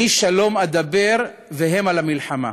"אני שלום וכי אדבר המה למלחמה",